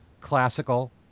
classical